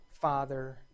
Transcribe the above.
Father